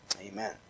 Amen